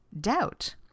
doubt